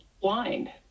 blind